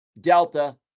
Delta